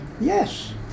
Yes